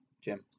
Jim